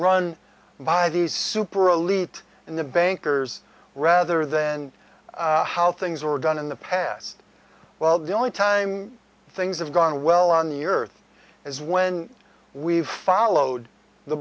run by the super elite in the bankers rather than how things were done in the past well the only time things have gone well on the earth is when we've followed the